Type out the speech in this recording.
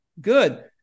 Good